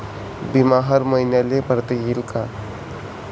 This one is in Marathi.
बिमा हर मईन्याले भरता येते का?